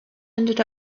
ended